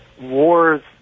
wars